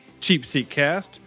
CheapSeatCast